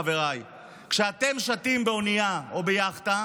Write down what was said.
חבריי: כשאתם שטים באונייה או ביאכטה,